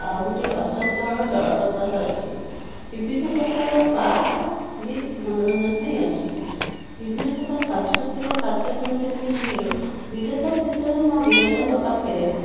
ଆଉ ଗୋଟେ ଅଶୋକ ଝର ଜଳପ୍ରପାତ ଅଛି ବିଭିନ୍ନ ପ୍ରକାର ପାର୍କ ବି ମନୋରଞ୍ଜନ ପାଇଁ ଅଛି ବିଭିନ୍ନ ପ୍ରକାର ସାଂସ୍କୃତିକ କାର୍ଯ୍ୟକ୍ରମ ଯେମିତି ହୁଏ ବିରଜା କ୍ଷେତ୍ରରେ ମାଆ ବିରଜାଙ୍କ ପାଖରେ